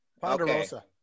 Ponderosa